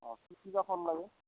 অঁ কি কি বা ফল লাগে